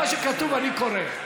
מה שכתוב, אני קורא.